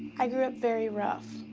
i grew up very rough.